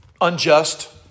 unjust